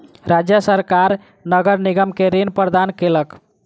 राज्य सरकार नगर निगम के ऋण प्रदान केलक